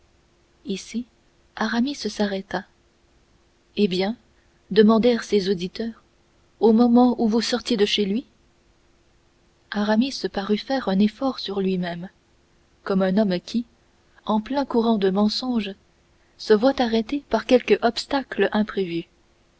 ici aramis s'arrêta eh bien demandèrent ses auditeurs au moment où vous sortiez de chez lui aramis parut faire un effort sur lui-même comme un homme qui en plein courant de mensonge se voit arrêter par quelque obstacle imprévu